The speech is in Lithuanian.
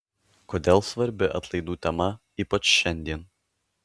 kodėl svarbi atlaidų tema ypač šiandien